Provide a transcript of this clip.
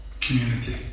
community